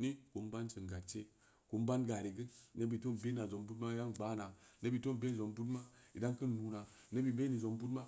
nin kum in bansin gad se kum in ban gari gen nebud tiin bena zong gbaana nebud ito'u ben zong bud ma idan keun nuna nebud i benni zong bud ma